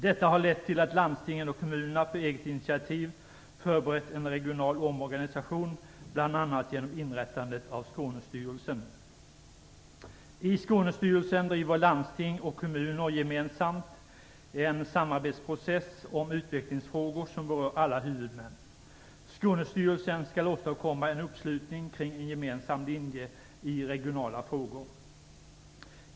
Detta har lett till att landstingen och kommunerna på eget initiativ förberett en regional omorganisation bl.a. genom inrättandet av Skånestyrelsen. I Skånestyrelsen driver landsting och kommuner gemensamt en samarbetsprocess om utvecklingsfrågor som berör alla huvudmän. Skånestyrelsen skall åstadkomma en uppslutning kring en gemensam linje i regionala frågor.